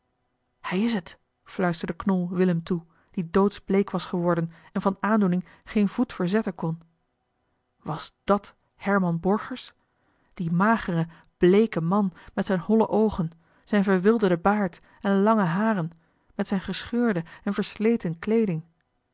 hij is het fluisterde knol willem toe die doodsbleek was geworden en van aandoening geen voet verzetten kon was dat herman borgers die magere bleeke man met zijn holle oogen zijn verwilderden baard en lange haren met zijn gescheurde en versleten kleeding